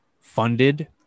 funded